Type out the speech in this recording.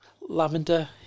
Lavender